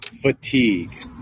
fatigue